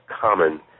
common